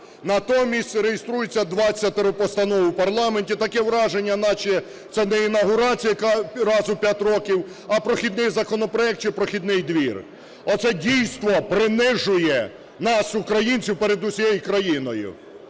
Натомість реєструється 20 постанов у парламенті. Таке враження, наче це не інавгурація, яка раз у 5 років, а прохідний законопроект чи прохідний двір. Оце дійство принижує нас, українців, перед всією країною.